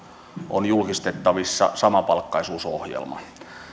on julkistettavissa samapalkkaisuusohjelma